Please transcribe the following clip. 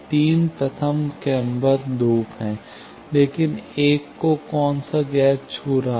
तीन प्रथम क्रमबद्ध लूप हैं लेकिन 1 को कौन सा गैर छू रहा है